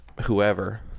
whoever